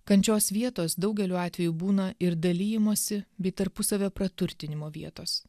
kančios vietos daugeliu atvejų būna ir dalijimosi bei tarpusavio praturtinimo vietos